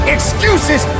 Excuses